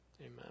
Amen